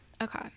Okay